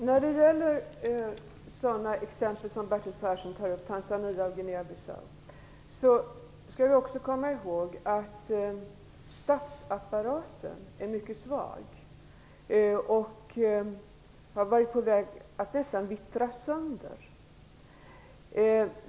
När det gäller sådana exempel som Bertil Persson tar upp - Tanzania och Guinea Bissau - skall vi också komma ihåg att statsapparaten är mycket svag och nästan har varit på väg att vittra sönder.